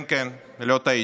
כן, כן, לא טעיתי,